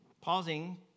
Pausing